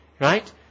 right